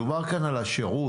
מדובר כאן על השירות,